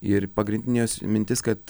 ir pagrindinė jos mintis kad